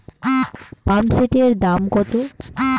পাম্পসেটের দাম কত?